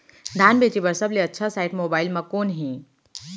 धान बेचे बर सबले अच्छा साइट मोबाइल म कोन हे?